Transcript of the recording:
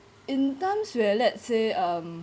in times where let's say um